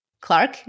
Clark